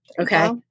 okay